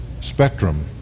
spectrum